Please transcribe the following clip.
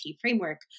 framework